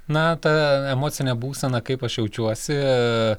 na ta emocinę būsena kaip aš jaučiuosi aa